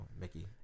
Mickey